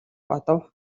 бодов